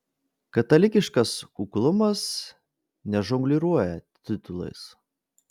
katalikiškas kuklumas nežongliruoja titulais